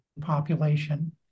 population